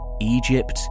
Egypt